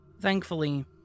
Thankfully